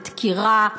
זה דקירה,